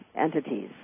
entities